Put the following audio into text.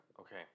Okay